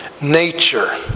nature